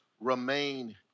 remain